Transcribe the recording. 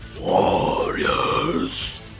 Warriors